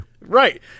Right